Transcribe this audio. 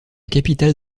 capitale